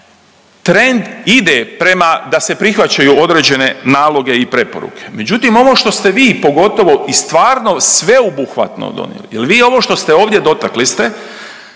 Trend ide prema da se prihvaćaju određene naloge i preporuke. Međutim ono što ste vi pogotovo i stvarno sveobuhvatno donijeli jer vi ovo što ste ovdje dotakli ste